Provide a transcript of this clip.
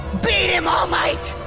beat him, all might!